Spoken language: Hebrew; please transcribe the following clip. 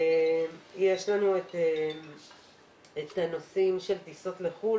יש לנו את הנושאים של טיסות לחוץ לארץ,